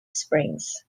springs